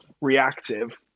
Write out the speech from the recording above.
reactive